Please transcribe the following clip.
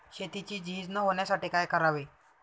शेतीची झीज न होण्यासाठी काय करावे?